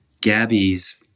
Gabby's